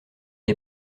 est